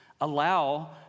allow